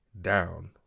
down